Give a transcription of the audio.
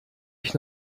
ich